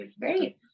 Great